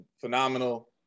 phenomenal